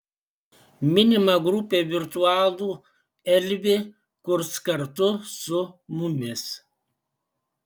minima grupė virtualų elvį kurs kartu su mumis